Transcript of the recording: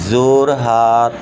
Jorhat